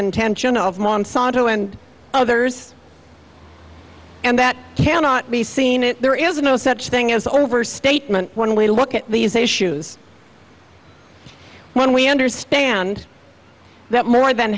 intention of monsanto and others and that cannot be seen it there is no such thing as overstatement when we look at these issues when we understand that more than